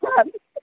ആ